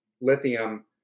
lithium